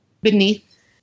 beneath